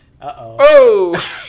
Uh-oh